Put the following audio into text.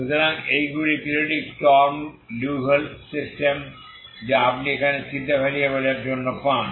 সুতরাং এইগুলি periodic Sturm Liouville system যা আপনি এখানে ভেরিয়েবলের জন্য পান